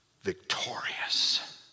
victorious